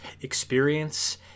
experience